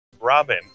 Robin